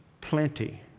plenty